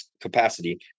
capacity